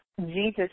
Jesus